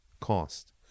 cost